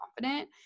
confident